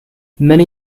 many